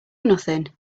nothing